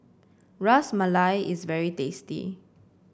Ras Malai is very tasty